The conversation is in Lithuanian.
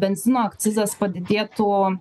benzino akcizas padidėtų